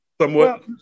Somewhat